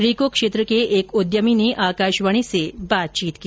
रीको क्षेत्र के एक उद्यमी ने आकाशवाणी से बातचीत की